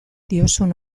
diozun